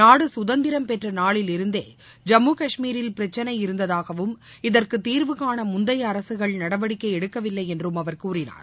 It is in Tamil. நாடு கதந்திரம் பெற்ற நாளில் இருந்தே ஜம்மு கஷ்மீரில் பிரச்சினை இருந்ததாகவும் இதற்கு தீர்வு காண முந்தைய அரசுகள் நடவடிக்கை எடுக்கவில்லை என்றும் அவர் கூறினார்